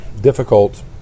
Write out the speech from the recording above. difficult